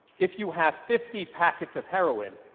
if you have fifty packets of heroin,